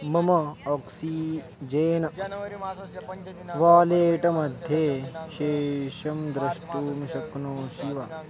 मम oxygen wallet मध्ये शेषं द्रष्टुं शक्नोषि वा